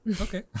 Okay